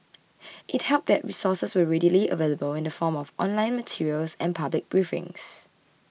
it helped that resources were readily available in the form of online materials and public briefings